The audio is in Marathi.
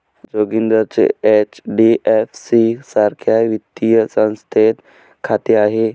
जोगिंदरचे एच.डी.एफ.सी सारख्या वित्तीय संस्थेत खाते आहे